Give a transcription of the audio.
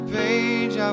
page